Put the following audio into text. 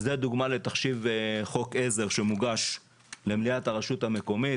זו דוגמה לתחשיב לחוק עזר שמוגש למליאת הרשות המקומית,